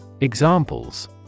Examples